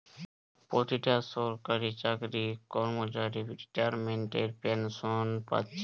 পোতিটা সরকারি চাকরির কর্মচারী রিতাইমেন্টের পেনশেন পাচ্ছে